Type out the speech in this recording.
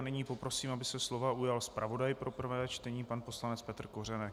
Nyní poprosím, aby se slova ujal zpravodaj pro prvé čtení pan poslanec Petr Kořenek.